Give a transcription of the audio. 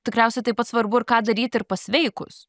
tikriausiai taip pat svarbu ir ką daryti ir pasveikus